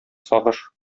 сагыш